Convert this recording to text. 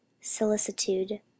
solicitude